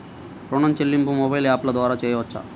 ఋణం చెల్లింపు మొబైల్ యాప్ల ద్వార చేయవచ్చా?